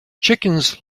chickens